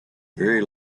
very